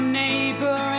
neighbor